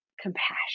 compassion